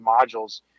modules